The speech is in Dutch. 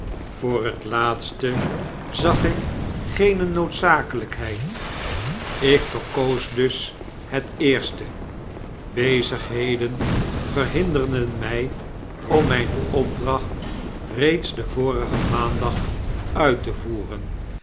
voor het laatste zag ik geene noodzakelykheid ik verkoos dus net eerste bezigheden verhinderden my om mijne opdracht reeds den vorigen maandag uit te voeren